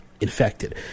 infected